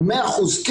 הם אהבו את זה,